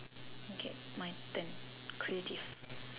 okay my turn creative